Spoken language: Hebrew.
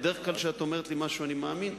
בדרך כלל כשאת אומרת לי משהו, אני מאמין.